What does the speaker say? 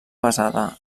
basada